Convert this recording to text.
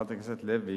חברת הכנסת לוי,